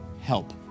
help